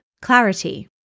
clarity